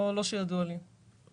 לא שידוע לי.